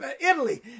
Italy